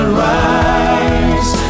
rise